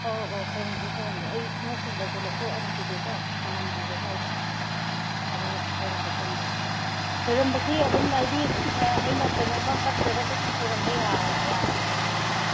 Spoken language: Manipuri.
ꯑꯣ ꯑꯣ ꯑꯣ ꯈꯣꯏꯔꯝꯒꯦ ꯈꯣꯏꯔꯝꯒꯦ ꯑꯩ ꯈꯨꯡꯎꯞꯀꯨꯝꯕꯁꯦ ꯂꯧꯊꯣꯛꯑꯝꯈꯤꯒꯦꯀꯣ ꯊꯃꯝꯈꯤꯒꯦ ꯁ꯭ꯋꯥꯏꯗ ꯑꯗꯨꯒ ꯈꯣꯏꯔꯝꯕ ꯆꯪꯒꯦ ꯈꯣꯏꯔꯝꯕꯁꯤ ꯑꯗꯨꯝ ꯑꯩꯗꯤ ꯑꯩꯅ ꯀꯩꯅꯣꯝꯃ ꯀꯠꯇ꯭ꯔꯒꯁꯨ ꯑꯗꯨꯝ ꯈꯣꯏꯔꯝꯕ ꯌꯥ ꯌꯥꯕ꯭ꯔꯣ